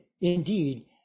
indeed